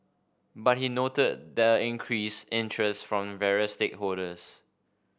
but he noted the increased interest from various stakeholders